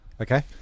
Okay